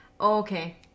Okay